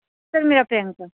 sir ਮੇਰਾ ਪ੍ਰਿਅੰਕਾ